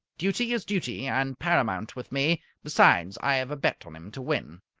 duty is duty, and paramount with me. besides, i have a bet on him to win.